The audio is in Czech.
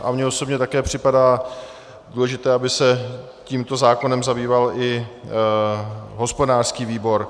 A mně osobně také připadá důležité, aby se tímto zákonem zabýval i hospodářský výbor.